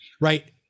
right